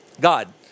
God